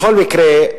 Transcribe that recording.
בכל מקרה,